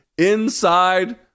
Inside